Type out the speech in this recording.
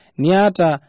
niata